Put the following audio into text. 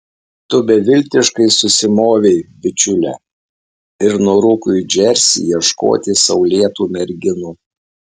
tu beviltiškai susimovei bičiule ir nurūko į džersį ieškoti saulėtų merginų